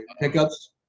pickups